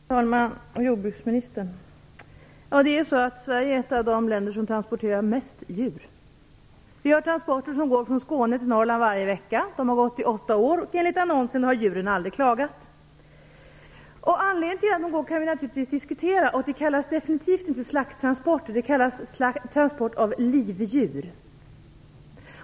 Fru talman! Jordbruksministern! Sverige är ett av de länder som transporterar mest djur. Vi har transporter som går från Skåne till Norrland varje vecka. De har gått i åtta år, och enligt en annons har djuren aldrig klagat. Anledningen till att dessa transporter går kan vi naturligtvis diskutera. Det kallas definitivt inte slakttransporter, utan transport av livdjur.